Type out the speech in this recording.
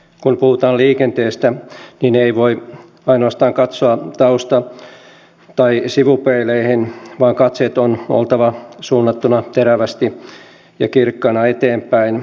kun puhutaan liikenteestä ei voi ainoastaan katsoa tausta tai sivupeileihin vaan katseiden on oltava suunnattuna terävästi ja kirkkaana eteenpäin